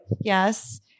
Yes